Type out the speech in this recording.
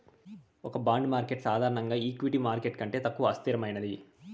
ఒక bond market సాధారణంగా equity market కంటే తక్కువ అస్థిరమైనది